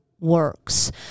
Works